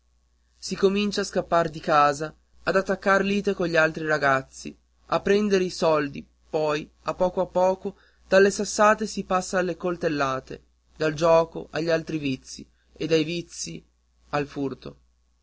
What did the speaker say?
si comincia a scappar di casa a attaccar lite cogli altri ragazzi a perdere i soldi poi a poco a poco dalle sassate si passa alle coltellate dal gioco agli altri vizi e dai vizi al furto